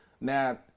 Now